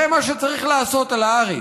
זה מה שצריך לעשות על הארץ.